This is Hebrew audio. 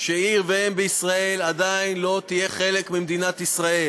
שעיר ואם בישראל עדיין לא תהיה חלק ממדינת ישראל.